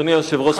אדוני היושב-ראש,